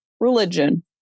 religion